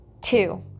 Two